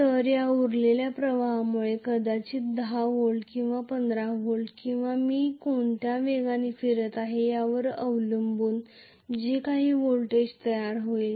तर या उरलेल्या प्रवाहामुळे कदाचित 10 व्होल्ट किंवा 15 व्होल्ट किंवा मी कोणत्या वेगाने फिरत आहे यावर अवलंबून जे काही व्होल्टेज तयार होईल